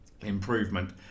improvement